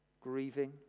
grieving